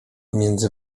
między